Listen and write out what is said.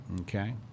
Okay